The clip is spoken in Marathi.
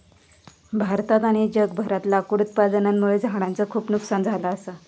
भारतात आणि जगभरातला लाकूड उत्पादनामुळे झाडांचा खूप नुकसान झाला असा